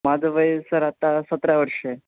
माझं वय सर आत्ता सतरा वर्ष आहे